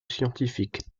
scientifique